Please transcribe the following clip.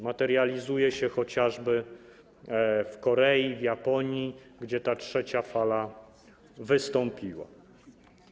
Materializuje się chociażby w Korei, w Japonii, gdzie ta trzecia fala wystąpiła.